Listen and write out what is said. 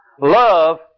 Love